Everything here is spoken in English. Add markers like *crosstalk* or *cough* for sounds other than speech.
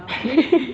*noise*